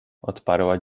odparła